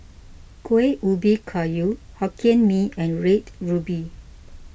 Kueh Ubi Kayu Hokkien Mee and Red Ruby